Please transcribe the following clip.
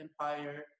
Empire